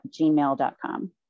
gmail.com